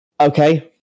Okay